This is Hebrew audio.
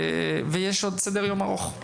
יש עוד סדר יום ארוך.